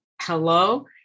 hello